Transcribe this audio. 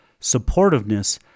supportiveness